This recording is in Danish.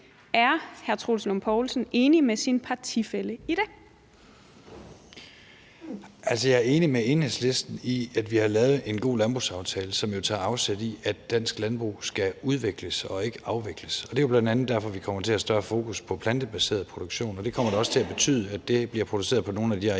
13:47 Troels Lund Poulsen (V): Altså, jeg er enig med Enhedslisten i, at vi har lavet en god landbrugsaftale, som jo tager afsæt i, at dansk landbrug skal udvikles og ikke afvikles. Det er bl.a. derfor, vi kommer til at have større fokus på plantebaseret produktion, og det kommer da også til at betyde, at det bliver produceret på nogle af de arealer,